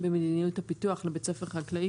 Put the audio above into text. ממדיניות הפיתוח לבית ספר חקלאי,